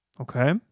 okay